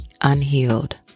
unhealed